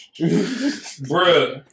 Bruh